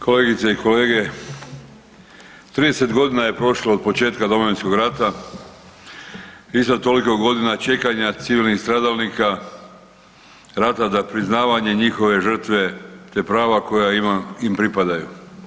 Kolegice i kolege, 30 godina je prošlo od početka Domovinskog rata, isto toliko godina čekanja civilnih stradalnika rata za priznavanje njihove žrtve te prava koja im pripadaju.